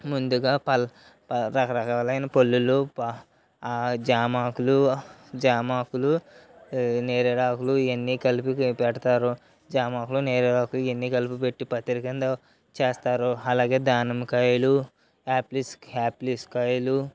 ముందుగా పలు రకరకాలైన పళ్ళు ప ఆ జామ ఆకులు జామ ఆకులు నేరేడు ఆకులు ఇవి అన్నీ కలిపి పెడతారు జామ ఆకులు నేరేడు ఆకులు ఇవి అన్నీ కలిపి పెట్టి పద్దతి కింద చేస్తారు అలాగే దానిమ్మ కాయలు యాప్లిస్ యాప్లిస్ కాయలు